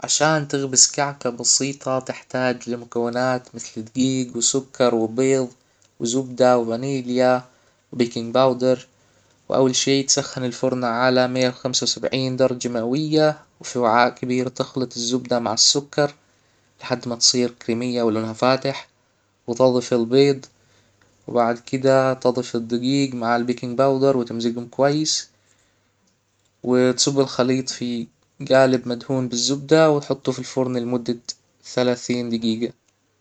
عشان تخبز كعكة بسيطة تحتاج لمكونات مثل دجيج وسكر وبيض وزبدة وفانيليا وبيكنج باودر واول شي تسخن الفرن على مية وخمسة وسبعين درجة مئوية وفي وعاء كبير تخلط الزبدة مع السكر لحد ما تصير كريمية ولونها فاتح وتضف البيض، وبعد كده تضف الدقيق مع البيكنج باودر وتمزجهم كويس وتصب الخليط في جالب مدهون بالزبدة وتحطه في الفرن لمدة ثلاثين دجيجة